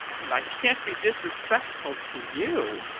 and i can't be disrespectful to you!